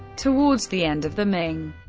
towards the end of the ming,